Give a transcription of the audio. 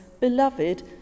Beloved